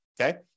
okay